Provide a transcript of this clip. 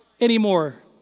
anymore